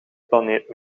planeet